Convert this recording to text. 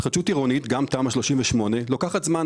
התחדשות עירונית ותמ"א 38 לוקחות זמן.